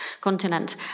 continent